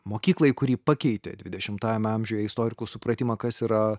mokyklai kuri pakeitė dvidešimtajame amžiuje istorikų supratimą kas yra